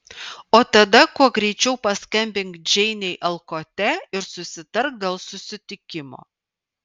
o tada kuo greičiau paskambink džeinei alkote ir susitark dėl susitikimo